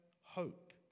hope